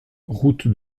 route